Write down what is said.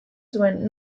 zuen